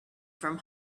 from